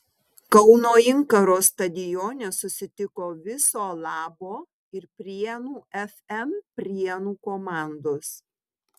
kauno inkaro stadione susitiko viso labo ir prienų fm prienų komandos